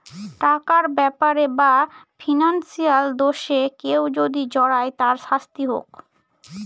টাকার ব্যাপারে বা ফিনান্সিয়াল দোষে কেউ যদি জড়ায় তার শাস্তি হোক